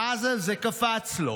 ואז זה קפץ לו: